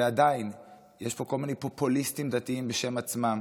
ועדיין יש פה כל מיני פופוליסטים דתיים בשם עצמם,